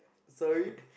sorry